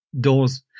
doors